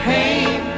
Pain